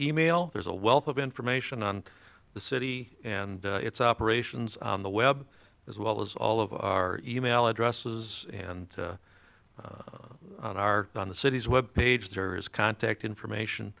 e mail there's a wealth of information on the city and its operations on the web as well as all of our e mail addresses and on our on the city's web page there is contact information